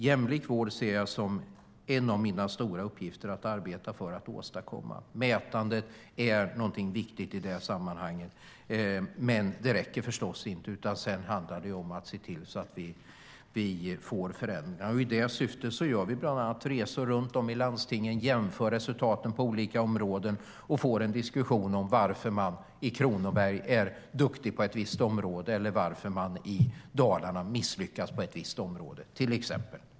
Jag ser det som en av mina stora uppgifter att arbeta för att åstadkomma en jämlik vård. Mätandet är någonting viktigt i det sammanhanget. Men det räcker förstås inte, utan sedan handlar det om att se till att vi får förändringar. I det syftet gör vi bland annat resor runt om i landstingen, jämför resultaten på olika områden och får en diskussion om varför man i Kronoberg är duktig på ett visst område eller varför man i Dalarna misslyckas på ett visst område - till exempel.